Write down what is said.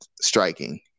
striking